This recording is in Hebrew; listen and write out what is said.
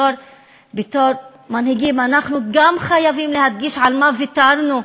בתור מנהיגים אנחנו גם חייבים להדגיש על מה ויתרנו,